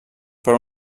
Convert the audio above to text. però